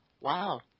wow